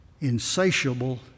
insatiable